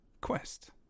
quest